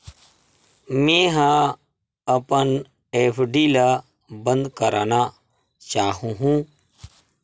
मेंहा अपन एफ.डी ला बंद करना चाहहु